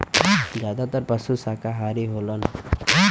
जादातर पसु साकाहारी होलन